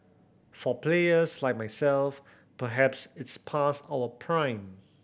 for players like myself perhaps it's past our prime